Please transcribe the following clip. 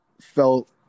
felt